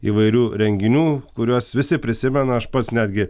įvairių renginių kuriuos visi prisimena aš pats netgi